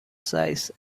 size